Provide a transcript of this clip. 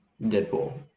Deadpool